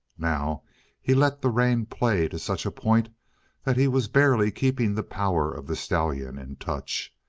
now he let the rein play to such a point that he was barely keeping the power of the stallion in touch.